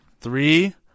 Three